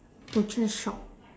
butcher shop